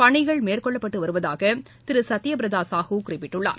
பணிகள் மேற்கொள்ளப்பட்டு வருவதாக திரு சத்தியபிரதா சாஹு குறிப்பிட்டுள்ளார்